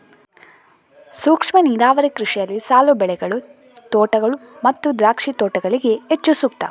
ಸೂಕ್ಷ್ಮ ನೀರಾವರಿ ಕೃಷಿಯಲ್ಲಿ ಸಾಲು ಬೆಳೆಗಳು, ತೋಟಗಳು ಮತ್ತು ದ್ರಾಕ್ಷಿ ತೋಟಗಳಿಗೆ ಹೆಚ್ಚು ಸೂಕ್ತ